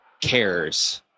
cares